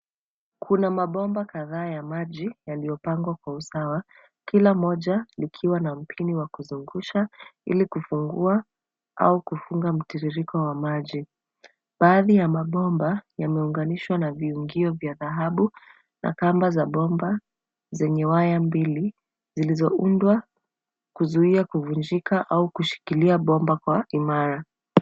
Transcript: Kuna mabomba kadhaa ya maji yaliyopangwa kwa usawa, kila moja likiwa na mpini wakuzungusha ili kufungua au kufunga mtiririko wa maji. Baadhi ya mabomba yameunganishwa na viungio vya dhahabu na kamba za bomba zenye waya mbili zilizoundwa kuzuia kuvunjika au kushikilia bomba kwa imara.